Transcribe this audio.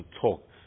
talk